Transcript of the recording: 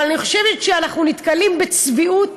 אבל אני חושבת שאנחנו נתקלים בצביעות